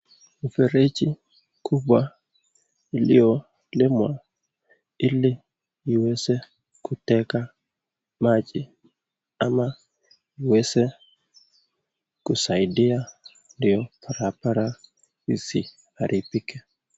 Mfereji kubwa iliyolimwa hili iweze kuteka maji ama iweze kusaidia barabara hisiaharibike.